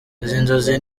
nzozi